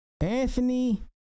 Anthony